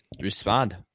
respond